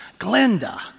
Glenda